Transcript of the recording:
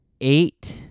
eight